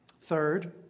Third